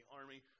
Army